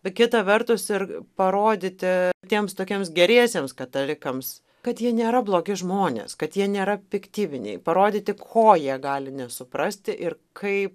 bet kita vertus ir parodyti tiems tokiems geriesiems katalikams kad jie nėra blogi žmonės kad jie nėra piktybiniai parodyti ko jie gali nesuprasti ir kaip